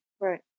right